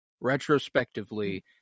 Retrospectively